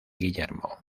guillermo